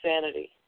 sanity